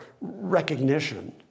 recognition